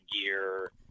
gear